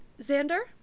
Xander